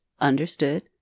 understood